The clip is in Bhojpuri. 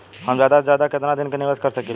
हम ज्यदा से ज्यदा केतना दिन के निवेश कर सकिला?